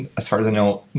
and as far as i know,